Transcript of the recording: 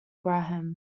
graham